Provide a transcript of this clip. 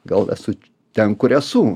gal esu ten kur esu